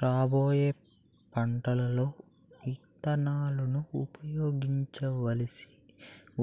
రాబోయే పంటలలో ఇత్తనాలను ఉపయోగించవలసి